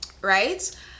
right